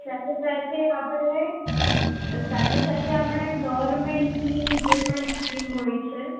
સાથે સાથે આપણે સાથે સાથે આપણે ગવર્મેન્ટની જે પણ સ્કીમ હોય છે